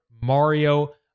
mario